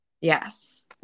Yes